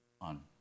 on